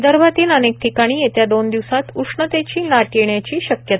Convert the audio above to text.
विदर्भातील अनेक ठिकाणी येत्या दोन दिवसात उष्णतेची लाट येण्याची शक्यता